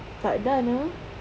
takda na